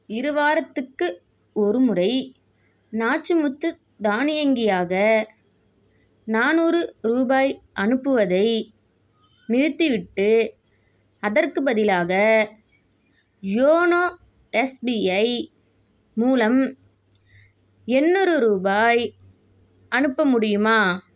இருவாரத்துக்கு ஒருமுறை நாச்சிமுத்து தானியங்கியாக நானூறு ரூபாய் அனுப்புவதை நிறுத்திவிட்டு அதற்குப் பதிலாக யோனோ எஸ்பிஐ மூலம் எண்ணூறு ரூபாய் அனுப்ப முடியுமா